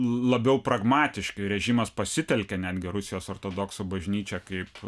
labiau pragmatiški režimas pasitelkia netgi rusijos ortodoksų bažnyčią kaip